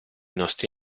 nostri